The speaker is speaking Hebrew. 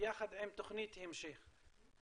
ביחד עם תוכנית המשך.